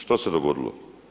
Što se dogodilo?